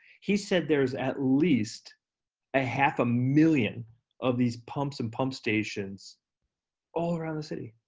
he said there's at least a half a million of these pumps and pump stations all around the city.